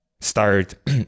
start